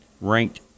ranked